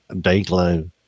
day-glow